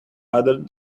others